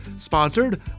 Sponsored